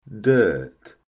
dirt